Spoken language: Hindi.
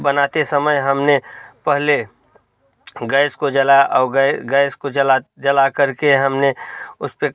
बनाते समय हमने पहले गैस को जला और गैस को जला जला कर के हमने उस पर